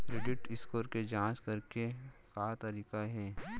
Credit score के जाँच करे के का तरीका हे?